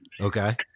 Okay